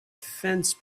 fence